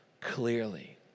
clearly